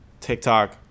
TikTok